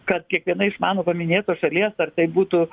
kad kiekviena iš mano paminėtos šalies ar tai būtų